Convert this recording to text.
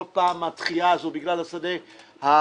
כל פעם יש דחייה בגלל השדה הצבאי.